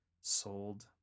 sold